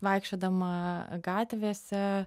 vaikščiodama gatvėse